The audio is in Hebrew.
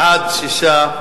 בעד, 6,